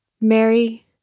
Mary